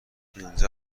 اینجا